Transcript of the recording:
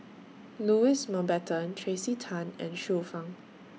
Louis Mountbatten Tracey Tan and Xiu Fang